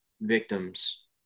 victims